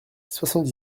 soixante